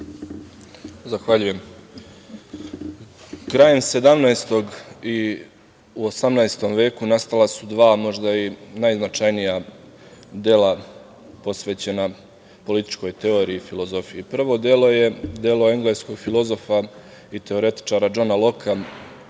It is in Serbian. Zahvaljujem. Krajem 17 i u 18 veku nastala su dva, možda i najznačajnija dela posvećena političkoj teoriji filozofiji. Prvo delo je delo engleskog filozofa i teoretičara Džona Loka